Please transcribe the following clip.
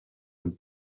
would